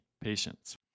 patients